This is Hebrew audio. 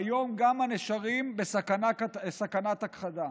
היום גם הנשרים בסכנת הכחדה.